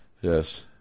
Yes